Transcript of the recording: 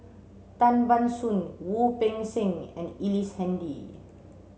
Tan Ban Soon Wu Peng Seng and Ellice Handy